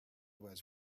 was